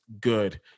good